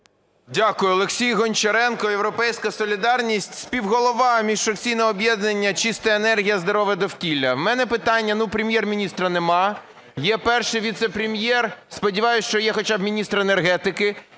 Дякую. Олексій Гончаренко, "Європейська солідарність", співголова міжфракційного об'єднання "Чиста енергія – здорове довкілля". В мене питання. Прем'єр-міністра нема, є Перший віце-прем'єр, сподіваюся, що є хоча б міністр енергетики